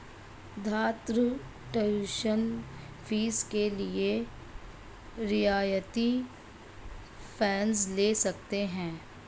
छात्र tuition fee के लिए रियायती कर्ज़ ले सकते हैं